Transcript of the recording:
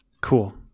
Cool